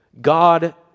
God